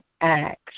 Acts